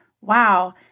wow